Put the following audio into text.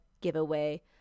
giveaway